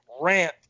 rant